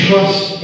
Trust